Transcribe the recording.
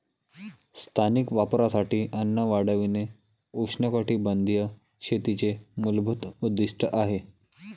स्थानिक वापरासाठी अन्न वाढविणे उष्णकटिबंधीय शेतीचे मूलभूत उद्दीष्ट आहे